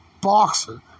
boxer